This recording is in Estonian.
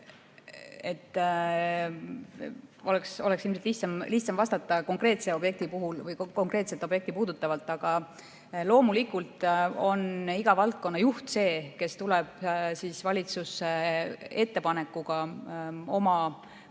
Oleks lihtsam vastata konkreetse objekti kohta või konkreetset objekti puudutavalt. Aga loomulikult on iga valdkonna juht see, kes tuleb valitsusse ettepanekutega oma valdkonna